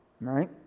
Right